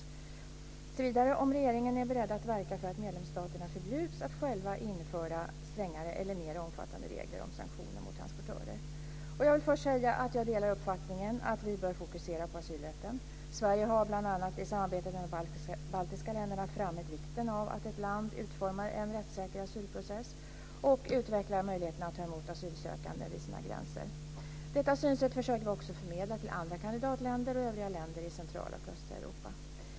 Vidare har hon frågat om regeringen är beredd att verka för att medlemsstaterna förbjuds att själva införa strängare eller mer omfattande regler om sanktioner mot transportörer. Jag vill först säga att jag delar uppfattningen att vi bör fokusera på asylrätten. Sverige har bl.a. i samarbetet med de baltiska länderna framhävt vikten av att ett land utformar en asylprocess som uppfyller rättssäkerheten och utvecklar möjligheterna att ta emot asylsökande vid sina gränser. Detta synsätt försöker vi också förmedla till andra kandidatländer och övriga länder i centrala och östra Europa.